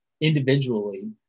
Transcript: individually